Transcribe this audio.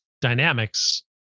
dynamics